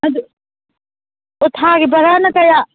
ꯑꯗꯨ ꯑꯣ ꯊꯥꯒꯤ ꯚꯥꯔꯥꯅ ꯀꯌꯥ